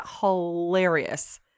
Hilarious